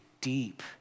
deep